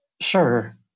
Sure